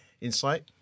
insight